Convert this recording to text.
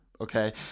Okay